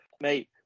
mate